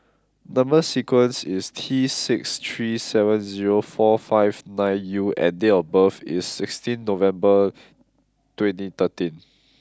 number sequence is T six three seven zero four five nine U and date of birth is sixteenth November twenty thirteen